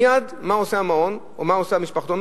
מייד, מה עושה המעון, או מה עושה המשפחתון?